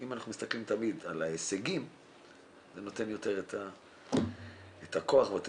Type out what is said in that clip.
אם אנחנו מסתכלים תמיד על ההישגים זה נותן יותר את הכוח ואת